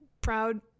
proud